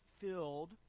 filled